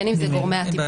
בין אם זה גורמי הטיפול,